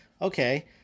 Okay